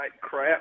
crap